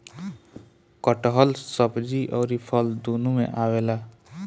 कटहल सब्जी अउरी फल दूनो में आवेला